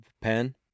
pen